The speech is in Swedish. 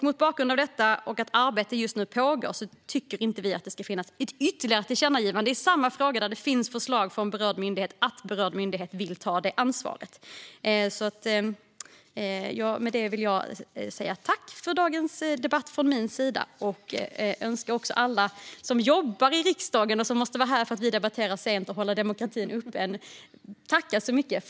Mot bakgrund av detta och att arbete just nu pågår tycker vi inte att det ska finnas ytterligare ett tillkännagivande i samma fråga som det finns ett förslag från berörd myndighet och att berörd myndighet vill ta detta ansvar. Jag vill tacka alla som jobbar i riksdagen och som måste vara här för att vi debatterar sent för demokratins skull.